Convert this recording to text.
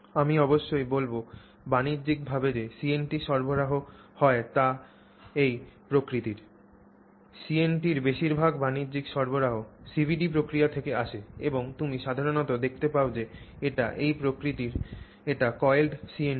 আমি অবশ্যই বলব বাণিজ্যিক ভাবে যে CNT সরবরাহ হয় তা এই প্রকৃতির CNT র বেশিরভাগ বাণিজ্যিক সরবরাহ CVD প্রক্রিয়া থেকে আসে এবং তুমি সাধারণত দেখতে পাও যে এটি এই প্রকৃতির এটি coiled CNT